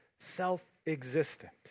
self-existent